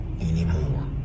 anymore